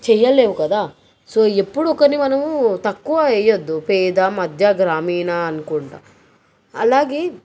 చేయ్యలేవు కదా సో ఎప్పుడూ ఒకరిని మనం తక్కువ ఎయ్యద్దు పేద మధ్య గ్రామీణ అనుకుంటా అలాగే